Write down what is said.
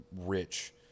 rich